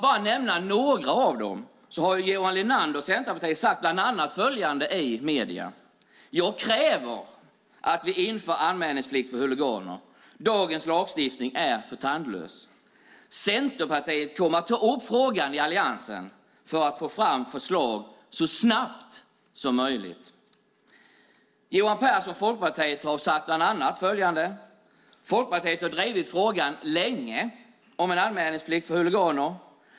Johan Linander, Centerpartiet, har bland annat sagt följande i medierna: "Jag kräver att vi inför anmälningsplikt för huliganer, dagens lagstiftning är för tandlös. Centerpartiet kommer att ta upp frågan i alliansen, för att få fram ett förslag så snabbt som möjligt." Johan Persson, Folkpartiet, har bland annat sagt följande: "Folkpartiet har drivit frågan länge om en anmälningsplikt för huliganer.